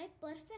perfect